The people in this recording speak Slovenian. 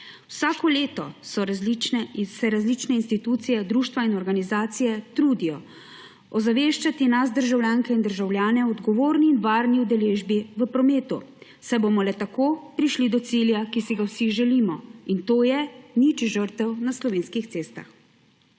Vsako leto se različne institucije, društva in organizacije trudijo ozaveščati nas državljanke in državljane k odgovorni in varni udeležbi v prometu, saj bomo le tako prišli do cilja, ki si ga vsi želimo. In to je, nič žrtev na slovenskih cestah.